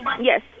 Yes